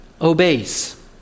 obeys